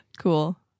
Cool